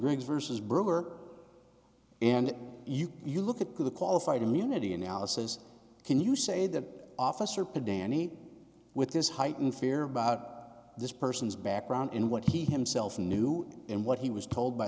greg's versus brewer and you you look at the qualified immunity analysis can you say the officer put danny with this heightened fear about this person's background and what he himself knew and what he was told by